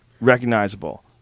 recognizable